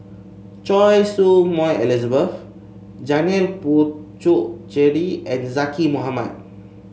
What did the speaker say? Choy Su Moi Elizabeth Janil Puthucheary and Zaqy Mohamad